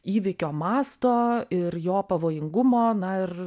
įvykio masto ir jo pavojingumo na ir